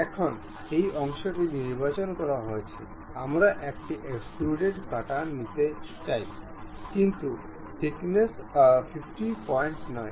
এখন এই অংশটি নির্বাচন করা হয়েছে আমরা একটি এক্সট্রুড কাটা নিতে চাই কিন্তু থিকনেস 50 পর্যন্ত নয়